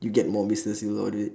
you get more business deal out of it